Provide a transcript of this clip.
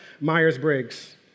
Myers-Briggs